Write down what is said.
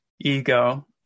ego